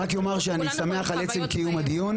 שאני שמח על עצם קיום הדיון,